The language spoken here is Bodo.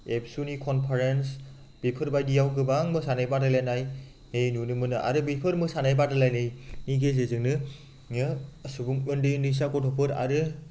एबसुनि कनफारेन्स बेफोरबादियाव गोबां मोसानाय बादायलायनाय नुनो मोनो आरो बेफोर मोसानाय बादायलायनायनि गेजेरजोंनो सुबुं उन्दै उन्दैसा गथ'फोर आरो